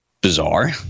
bizarre